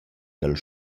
dal